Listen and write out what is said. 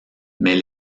mais